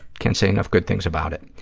can't say enough good things about it.